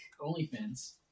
OnlyFans